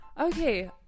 Okay